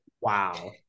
Wow